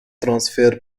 transfer